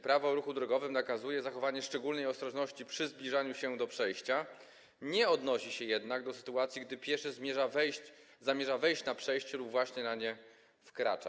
Prawo o ruchu drogowym nakazuje zachowanie szczególnej ostrożności przy zbliżaniu się do przejścia, nie odnosi się jednak do sytuacji, gdy pieszy zamierza wejść na przejście lub właśnie na nie wkracza.